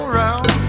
round